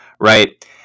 right